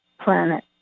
planet